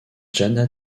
jana